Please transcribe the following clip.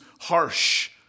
harsh